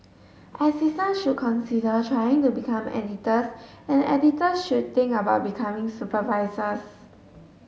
assistant should consider trying to become editors and editors should think about becoming supervisors